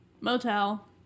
Motel